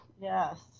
Yes